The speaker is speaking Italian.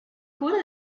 cura